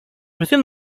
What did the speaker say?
within